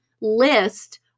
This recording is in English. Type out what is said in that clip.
list